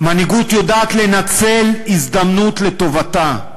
מנהיגות יודעת לנצל הזדמנות לטובתה.